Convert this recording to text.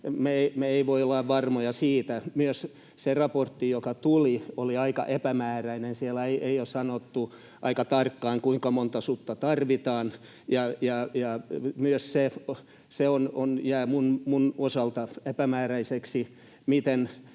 me ei voida olla varmoja siitä. Myös se raportti, joka tuli, oli aika epämääräinen. Siellä ei ole sanottu aivan tarkkaan, kuinka monta sutta tarvitaan. Myös se jää minun osaltani epämääräiseksi, miten